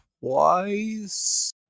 twice